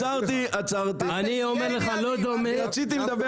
רציתי לדבר